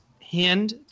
hand